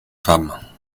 femme